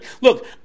look